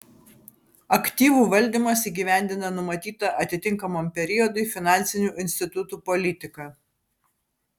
aktyvų valdymas įgyvendina numatytą atitinkamam periodui finansinių institutų politiką